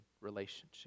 relationship